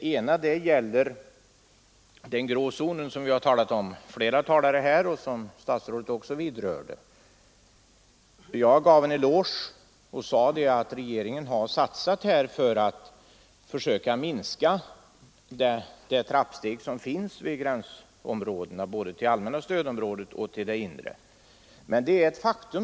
Den ena gäller den grå zonen som flera talare har nämnt och som statsrådet också berörde. Jag gav regeringen en eloge och sade att den har satsat för att försöka minska trappsteget vid gränserna såväl till allmänna stödområdet som till inre stödområdet.